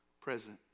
present